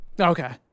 Okay